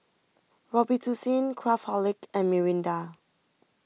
Robitussin Craftholic and Mirinda